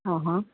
हा हा